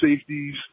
safeties